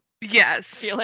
Yes